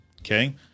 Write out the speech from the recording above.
Okay